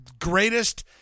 greatest